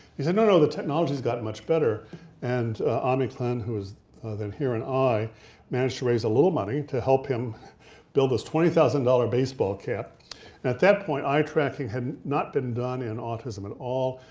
he said, no no, the technology has gotten much better and ami klin who was then here and i managed to raise a little money to help him build this twenty thousand dollars baseball cap. and at that point eye tracking had not been done in autism at all,